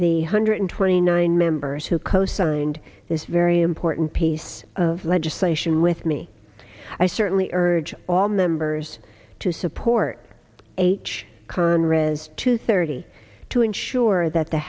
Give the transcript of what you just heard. the hundred twenty nine members who cosigned this very important piece of legislation with me i certainly urge all members to support h conrad's two thirty to ensure that the